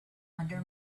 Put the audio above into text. under